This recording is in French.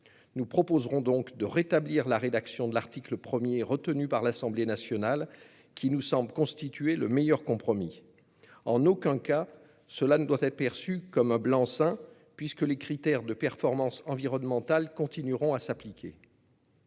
Nous proposerons donc de rétablir la rédaction de l'article 1 retenue par l'Assemblée nationale, qui nous semble constituer le meilleur compromis. En aucun cas, cela ne doit être perçu comme un blanc-seing puisque les critères de performance environnementale continueront de s'appliquer.